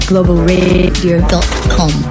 GlobalRadio.com